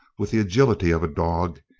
with the agility of a dog,